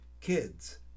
kids